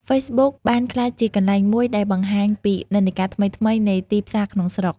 ហ្វេសប៊ុកបានក្លាយជាកន្លែងមួយដែលបង្ហាញពីនិន្នាការថ្មីៗនៃទីផ្សារក្នុងស្រុក។